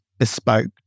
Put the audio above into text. bespoke